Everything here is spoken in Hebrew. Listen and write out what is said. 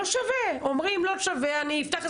אומרים - לא שווה.